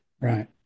Right